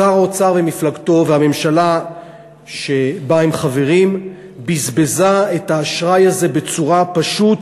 שר האוצר ומפלגתו והממשלה שבה הם חברים בזבזו את האשראי הזה בצורה פשוט